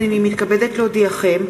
הנני מתכבד להודיעכם,